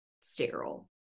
sterile